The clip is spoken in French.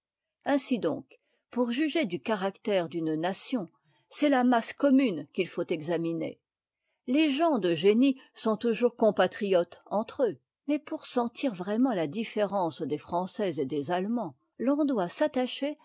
ainsi donc pour juger du caractère d'une nation c'est la masse commune qu'il faut examiner les gens de génie sont toujours compatriotes entre eux mais pour sentir vraiment la différence des français et des a emands l'on doit s'attacher